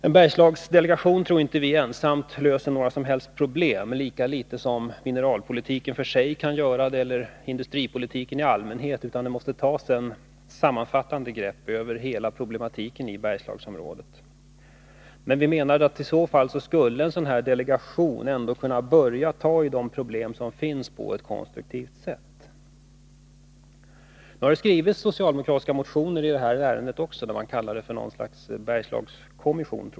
En Bergslagsdelegation löser inte ensam några som helst problem, tror vi, lika litet som mineralpolitiken för sig kan göra det eller industripolitiken i allmänhet. Det måste tas ett sammanfattande grepp över hela problematiken i Bergslagsområdet. Men vi menar att i så fall skulle en sådan här delegation ändå kunna börja ta i de problem som finns på ett konstruktivt sätt. Nu har det skrivits en del socialdemokratiska motioner också i det här ärendet, där man använder benämningen Bergslagskommission.